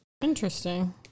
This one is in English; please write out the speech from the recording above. interesting